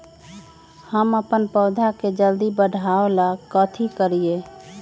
हम अपन पौधा के जल्दी बाढ़आवेला कथि करिए?